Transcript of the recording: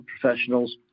professionals